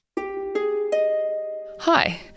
Hi